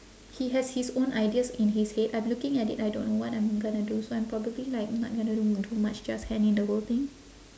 he has his own ideas in his head I'm looking at it I don't know what I'm gonna do so I'm probably like not gonna do too much just hand in the whole thing